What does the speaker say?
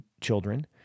children